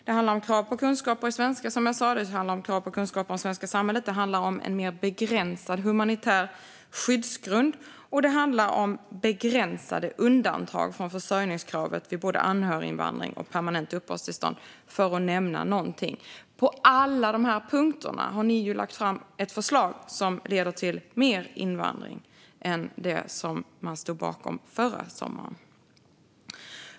Det handlar om krav på kunskaper i svenska och om det svenska samhället, som jag nämnde, en mer begränsad humanitär skyddsgrund och begränsade undantag från försörjningskravet vid både anhöriginvandring och permanent uppehållstillstånd, för att nämna några saker. På alla de här punkterna har ni lagt fram förslag som leder till mer invandring än det som ni stod bakom förra sommaren, Rikard Larsson.